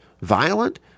violent